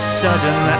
sudden